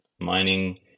Mining